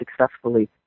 successfully